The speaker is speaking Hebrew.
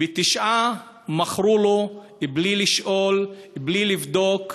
בתשע מכרו לו בלי לשאול ובלי לבדוק,